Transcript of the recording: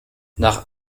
nach